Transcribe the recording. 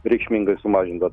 reikšmingai sumažinta